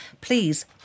please